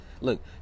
Look